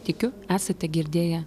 tikiu esate girdėję